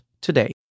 today